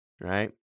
right